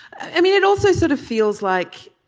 i mean it also sort of feels like